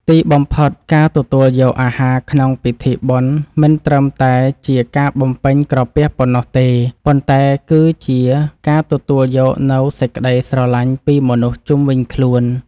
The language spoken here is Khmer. ទីបំផុតការទទួលយកអាហារក្នុងពិធីបុណ្យមិនត្រឹមតែជាការបំពេញក្រពះប៉ុណ្ណោះទេ ប៉ុន្តែគឺជាការទទួលយកនូវសេចក្តីស្រឡាញ់ពីមនុស្សជុំវិញខ្លួន។